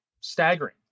staggering